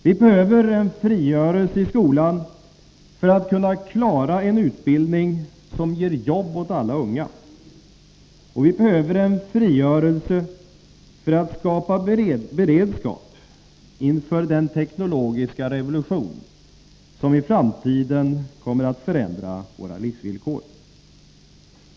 Vi behöver en frigörelse i skolan för att kunna klara en utbildning som ger jobb åt alla unga, och vi behöver en frigörelse för att skapa beredskap inför den teknologiska revolution som i framtiden kommer att förändra våra livsvillkor.